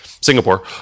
Singapore